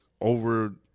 over